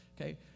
okay